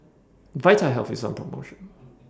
Vitahealth IS on promotion